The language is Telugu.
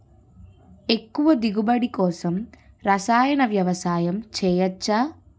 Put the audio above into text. ఎక్కువ దిగుబడి కోసం రసాయన వ్యవసాయం చేయచ్చ?